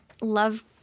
love